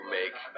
make